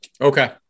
Okay